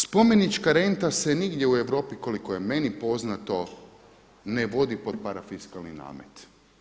Spomenička renta se nigdje u Europi koliko je meni poznato ne vodi pod parafisklani namet.